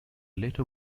letter